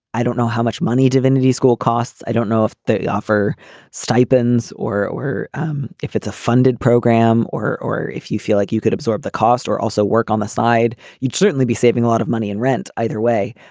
i don't know how much money divinity school costs i don't know if they offer stipends or or um if it's a funded program or or if you feel like you could absorb the cost or also work on the side. you'd certainly be saving a lot of money in rent. either way,